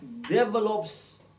develops